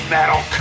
Metal